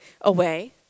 away